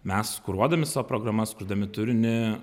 mes kuruodami savo programas kurdami turinį